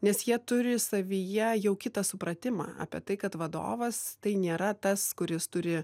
nes jie turi savyje jau kitą supratimą apie tai kad vadovas tai nėra tas kuris turi